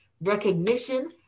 recognition